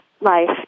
life